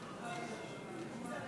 58